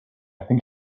think